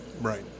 right